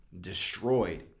destroyed